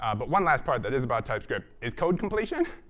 ah but one last part that is about typescript is code completion.